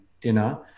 dinner